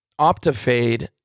Optifade